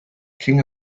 king